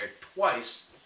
twice